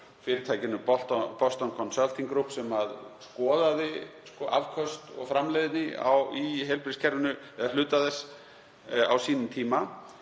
fyrirtækinu Boston Consulting Group, sem skoðaði afköst og framleiðni í heilbrigðiskerfinu eða hluta þess á sínum tíma.